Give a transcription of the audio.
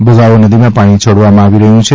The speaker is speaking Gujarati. ભોગાવો નદીમાં પાણી છોડવામાં આવી રહ્યું છે